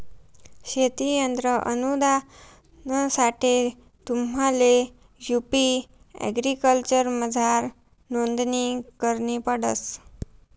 शेती यंत्र अनुदानसाठे तुम्हले यु.पी एग्रीकल्चरमझार नोंदणी करणी पडस